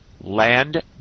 Land